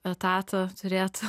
etatą turėtų